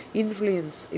influence